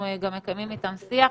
אנחנו גם מקיימים איתם שיח.